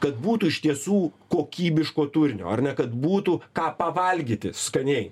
kad būtų iš tiesų kokybiško turinio ar ne kad būtų ką pavalgyti skaniai